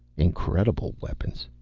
incredible weapons.